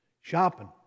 shopping